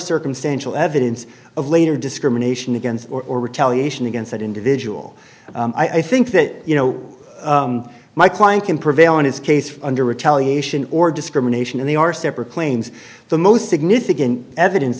circumstantial evidence of later discrimination against or retaliation against that individual i think that you know my client can prevail in his case under retaliation or discrimination and they are separate claims the most significant evidence